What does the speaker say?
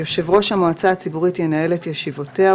יושב ראש המועצה הציבורית ינהל את ישיבותיה,